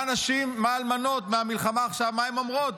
מה נשים, מה אלמנות מהמלחמה עכשיו מה הן אומרות?